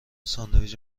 ساندویچ